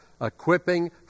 equipping